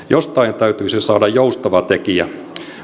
jostain täytyisi saada joustava tekijä